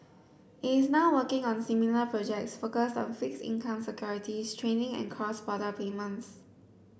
it is now working on similar projects focused on fixed income securities trading and cross border payments